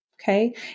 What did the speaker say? Okay